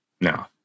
No